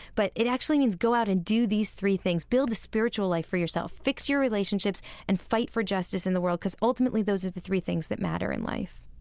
but it actually means go out and do these three things build a spiritual life for yourself, fix your relationships, and fight for justice in the world, because ultimately those are the three things that matter in life